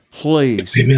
Please